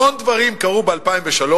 המון דברים קרו ב-2003.